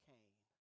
Cain